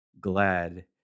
glad